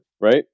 Right